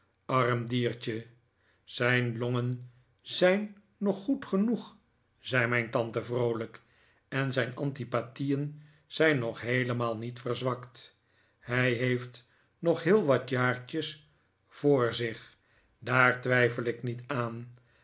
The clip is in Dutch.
arm diertje zijn longen zijn nog goed genoeg zei mijn tante vroolijk en zijn antipathieen zijn nog heelemaal niet verzwakt hij heeft nog heel wat jaartjes voor zich daar twijfel ik niet aan